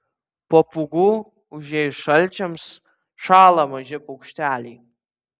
po pūgų užėjus šalčiams šąla maži paukšteliai